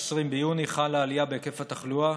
20 ביוני, חלה עלייה בהיקף התחלואה,